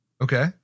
Okay